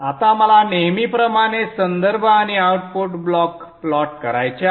आता मला नेहमीप्रमाणे संदर्भ आणि आउटपुट ब्लॉक प्लॉट करायचे आहे